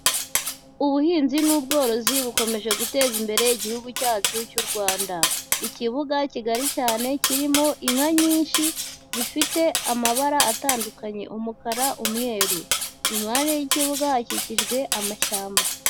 Ubuhinzi n'ubworozi bukomeje guteza imbere igihugu cyacu cy'u Rwanda. Ikibuga kigari cyane kirimo inka nyinshi zifite amabara atandukanye umukara, umweru. Impande y'ikibuga hakikijwe amashyamba.